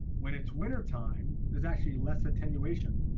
when it's wintertime, there's actually less attenuation.